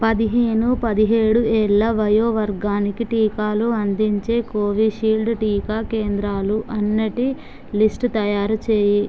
పదిహేను పదిహేడు ఏళ్ళ వయోవర్గానికి టీకాలు అందించే కోవిషీల్డ్ టీకా కేంద్రాలు అన్నటి లిస్టు తయారు చేయి